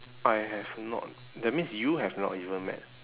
I have not that means you have not even met